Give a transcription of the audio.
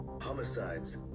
homicides